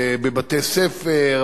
בבתי-ספר,